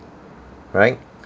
right